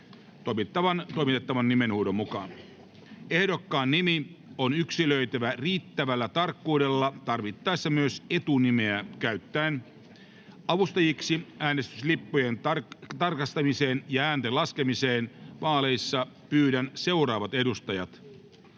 toimitettavan nimenhuudon mukaan. Ehdokkaan nimi on yksilöitävä riittävällä tarkkuudella tarvittaessa myös etunimeä käyttäen. Avustajiksi äänestyslippujen tarkastamiseen ja äänten laskemiseen vaalissa pyydän seuraavat edustajat: